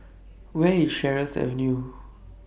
Where IS Sheares Avenue